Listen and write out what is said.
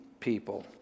people